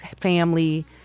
family